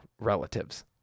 relatives